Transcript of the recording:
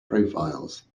profiles